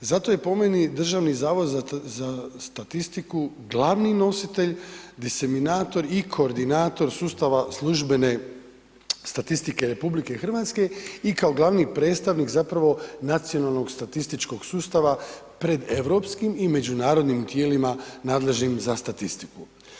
Zato je po meni Državni zavod za statistiku glavni nositelj, desiminator i koordinator sustava službene statistike Republike Hrvatske, i kao glavni predstavnik zapravo Nacionalnog statističkog sustava pred europskim i međunarodnim tijelima nadležnim za statistiku.